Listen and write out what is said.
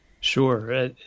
Sure